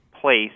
place